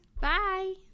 Bye